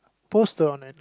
poster on it